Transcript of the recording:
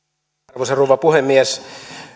arvoisa rouva puhemies